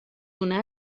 una